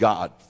God